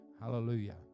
Hallelujah